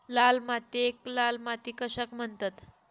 लाल मातीयेक लाल माती कशाक म्हणतत?